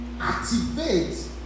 activate